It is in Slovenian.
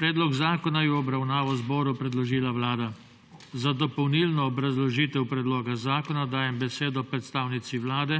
Predlog zakona je v obravnavo zboru predložila Vlada. Za dopolnilno obrazložitev predloga zakona dajem besedo predstavnici Vlade